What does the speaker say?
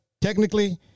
technically